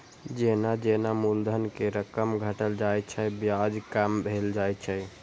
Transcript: जेना जेना मूलधन के रकम घटल जाइ छै, ब्याज कम भेल जाइ छै